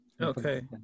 Okay